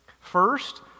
First